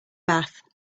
bath